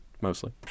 mostly